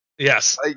Yes